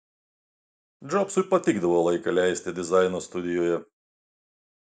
džobsui patikdavo laiką leisti dizaino studijoje